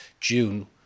June